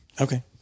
Okay